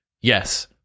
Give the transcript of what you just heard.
yes